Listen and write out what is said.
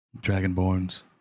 Dragonborns